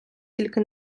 тільки